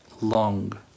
long